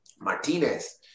Martinez